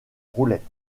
roulette